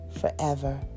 forever